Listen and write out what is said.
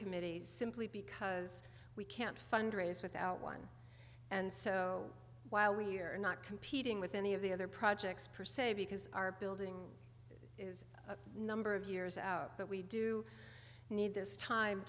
committees simply because we can't fundraise without one and so while we are not competing with any of the other projects per se because our building a number of years out but we do need this time